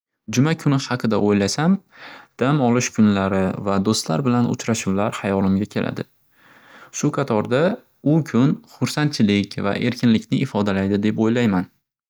Juma kuni haqida o'ylasam, dam olish kunlari va do'stlar bilan uchrashuvlar hayolimga keladi. Shu qatorda u kun xursandchilik va erkinlikni ifodalaydi deb o'ylayman.